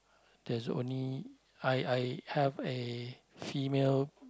there's only I I have a female